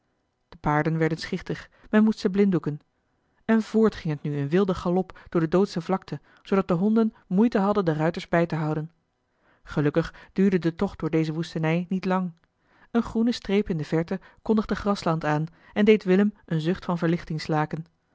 de paarden werden schichtig men moest ze blinddoeken en voort ging het nu in wilden galop door de doodsche vlakte zoodat de honden moeite hadden de ruiters bij te houden gelukkig duurde de tocht door deze woestenij niet lang eene groene streep in de verte kondigde grasland aan en deed willem een zucht van verlichting slaken